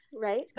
Right